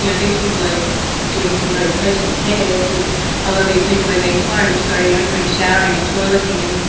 yeah these people are doing some very personal cares with a lot of these people in these homes, so, you know, doing showering and toileting and,